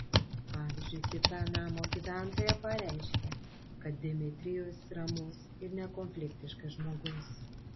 pavyzdžiui kita namo gyventoja pareiškė kad dmitrijus ramus ir nekonfliktiškas žmogus